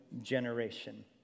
generation